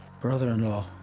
Brother-in-law